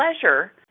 pleasure